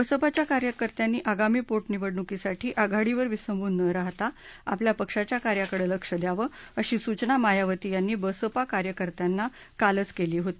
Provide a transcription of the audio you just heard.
बसपाच्या कार्यकर्त्यांनी आगामी पोटनिवडणुकीसाठी आघाडीवर विसंबून न राहता आपल्या पक्षाच्या कार्याकडे लक्ष द्यावं अशी सूचना मायावती यांनी बसपा कार्यकर्त्यांना कालच केली होती